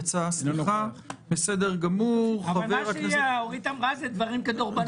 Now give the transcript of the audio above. מה שאורית אמרה זה דברים כדורבנות.